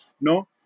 no